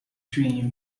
dream